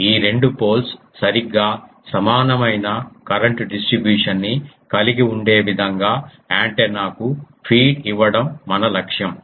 ఈ రెండు పోల్స్ సరిగ్గా సమానమైన కరెంట్ డిస్ట్రిబ్యూషన్ ని కలిగి ఉండే విధంగా యాంటెన్నాకు ఫీడ్ ఇవ్వడం మన లక్ష్యం